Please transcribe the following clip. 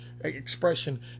expression